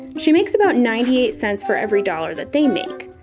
she makes about ninety eight cents for every dollar that they make.